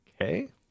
okay